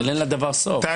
אבל אין לדבר סוף.